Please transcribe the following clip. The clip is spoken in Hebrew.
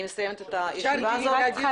אני רק צריכה